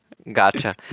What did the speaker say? Gotcha